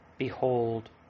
Behold